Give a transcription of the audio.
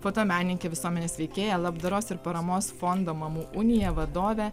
fotomenininkė visuomenės veikėja labdaros ir paramos fondo mamų unija vadovė